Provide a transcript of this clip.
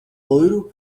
loiro